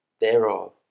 thereof